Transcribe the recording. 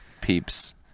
peeps